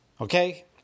Okay